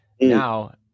Now